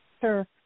Sure